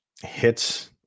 hits